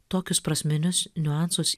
tokius prasminius niuansus